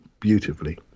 beautifully